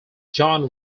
john